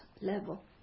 level